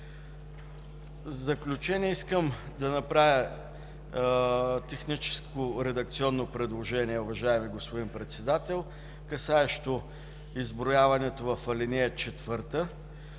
В заключение, искам да направя техническо, редакционно предложение, уважаеми господин Председател, касаещо изброяването в ал. 4. Текстът